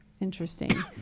interesting